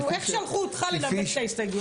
איך שלחו אותך לנמק את ההסתייגויות האלה?